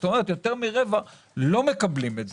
לא כלומר יותר מרבע לא מקבלים את זה.